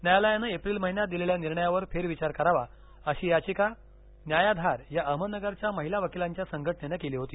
न्यायालयानं एप्रील महिन्यात दिलेल्या निर्णयावर फेर विचार करावा अशी याचिका न्यायाधार या अहमदनगरच्या महिला वकीलांच्या संघटनेनं केली होती